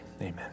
Amen